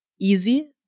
easy